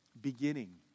beginning